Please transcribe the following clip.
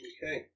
Okay